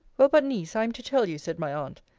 well, but, niece, i am to tell you, said my aunt,